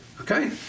Okay